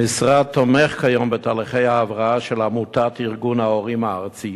המשרד תומך כיום בתהליכי ההבראה של עמותת ארגון ההורים הארצי